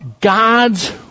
God's